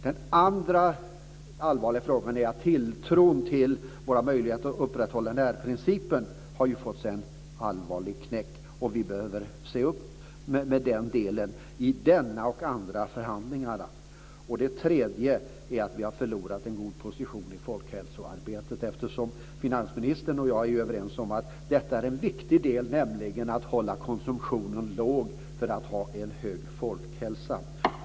Den andra allvarliga frågan är att tilltron till våra möjligheter att upprätthålla närhetsprincipen har fått sig en allvarlig knäck. Vi behöver se upp med den delen i denna och andra förhandlingar. Det tredje är att vi har förlorat en god position i folkhälsoarbetet. Finansministern och jag är överens om att det är viktigt att hålla konsumtionen låg för att ha en hög folkhälsa.